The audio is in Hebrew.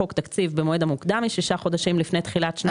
חוק תקציב במועד המוקדם משישה חודשים לפני תחילת שנת כספים.